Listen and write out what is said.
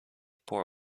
poor